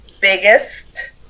biggest